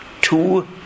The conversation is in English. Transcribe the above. two